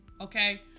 okay